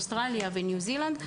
אוסטרליה וניו-זילנד.